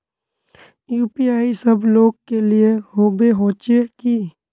UPI सब लोग के लिए होबे होचे की?